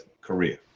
korea